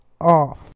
off